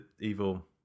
evil